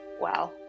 Wow